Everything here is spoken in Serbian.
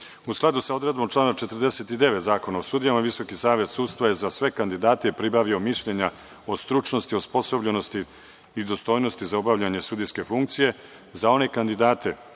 skladu sa odredbom člana 49. Zakona o sudijama, VSS je za sve kandidate pribavio mišljenja o stručnosti, osposobljenosti i dostojnosti za obavljanje sudijske funkcije. Za one kandidate